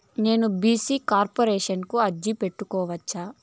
నేను BC corporation కు అర్జీ పెట్టుకోవచ్చా?